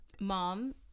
mom